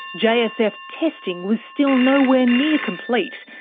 jsf testing was still nowhere near complete,